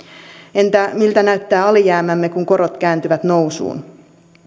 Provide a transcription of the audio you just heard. entä miltä näyttää alijäämämme kun korot kääntyvät nousuun